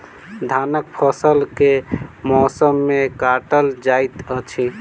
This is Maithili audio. धानक फसल केँ मौसम मे काटल जाइत अछि?